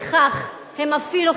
ובכך הם אפילו,